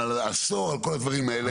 עשור, על כל הדברים האלה.